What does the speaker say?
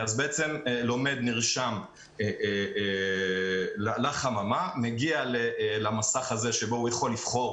לומד נרשם לחממה, מגיע למסך הזה בו הוא יכול לבחור